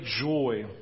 joy